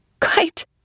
Quite